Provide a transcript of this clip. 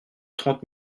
trente